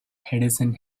henderson